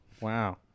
Wow